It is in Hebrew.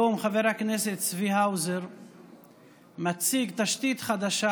היום חבר הכנסת צבי האוזר מציג תשתית חדשה,